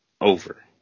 over